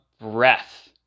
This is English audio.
breath